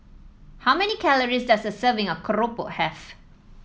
how many calories does a serving of Keropok have